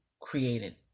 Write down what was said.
created